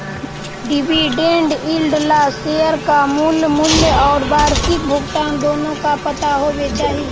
dividend yield ला share का मूल मूल्य और वार्षिक भुगतान दोनों का पता होवे चाही